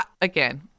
again